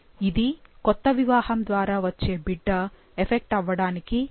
ఇది కొత్త వివాహం ద్వారా వచ్చే బిడ్డ ఎఫెక్ట్ అవ్వడానికి కల అవకాశం